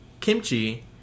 kimchi